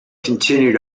continued